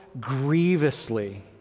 grievously